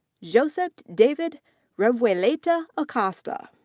josept david revuelta acosta.